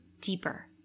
deeper